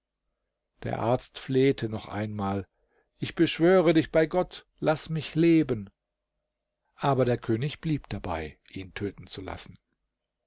der arzt flehte noch einmal ich beschwöre dich bei gott laß mich leben aber der könig blieb dabei ihn töten zu lassen